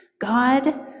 God